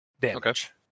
damage